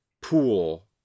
pool